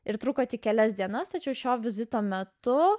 ir truko tik kelias dienas tačiau šio vizito metu